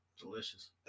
Delicious